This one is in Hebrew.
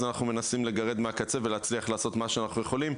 אנחנו מנסים לגרד מהקצה ולהצליח לעשות מה שאנחנו יכולים.